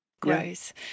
grows